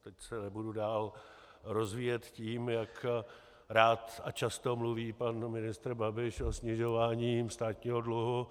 Teď se nebudu dál rozvíjet tím, jak rád a často mluví pan ministr Babiš o snižování státního dluhu.